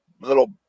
little